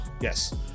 Yes